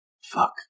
fuck